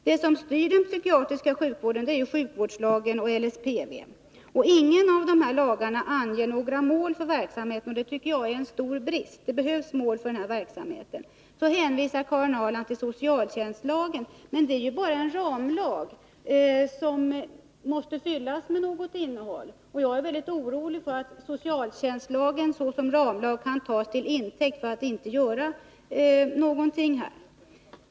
Det är hälsooch sjukvårdslagen och LSPV som styr den psykiatriska sjukvården, men ingen av de här lagarna anger några mål för verksamheten. Det tycker jag är en stor brist. Karin Ahrland hänvisar till socialtjänstlagen, men det är ju bara en ramlag, som måste fyllas med ett innehåll. Jag är väldigt orolig för att socialtjänst 106 lagen såsom ramlag kan tas till intäkt för att man inte skall göra någonting.